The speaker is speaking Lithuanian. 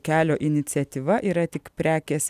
kelio iniciatyva yra tik prekės